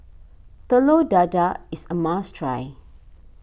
Telur Dadah is a must try